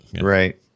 Right